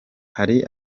hari